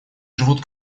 живут